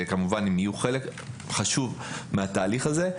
וכמובן שהם יהיו חלק חשוב מהתהליך הזה,